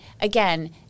again